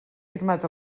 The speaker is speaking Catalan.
firmat